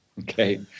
Okay